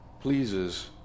pleases